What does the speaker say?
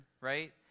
right